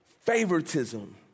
favoritism